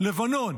לבנון,